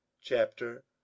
chapter